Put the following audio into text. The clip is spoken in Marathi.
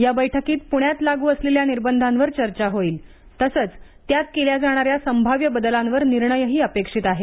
या बैठकीत पुण्यात लागू असलेल्या निर्बंधांवर चर्चा होईल तसंच त्यात केल्या जाणाऱ्या संभाव्य बदलांवर निर्णयही अपेक्षित आहे